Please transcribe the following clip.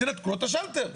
תנתקו לו את השלטר.